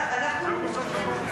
בסדר גמור.